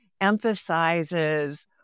emphasizes